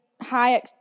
high